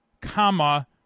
comma